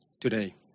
today